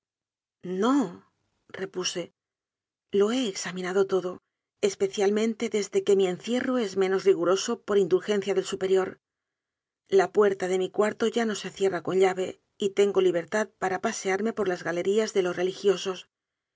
estratagema norepuse lo he examinado todo especial mente desde que mi encierro es menos riguroso por indulgencia del superior la puerta de mi cuarto ya no se cierra con llave y tengo libertad para pasearme por las galerías de los religiosos